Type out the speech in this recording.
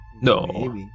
No